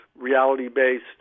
reality-based